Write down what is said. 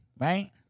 right